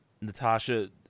Natasha